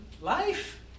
life